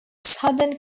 southern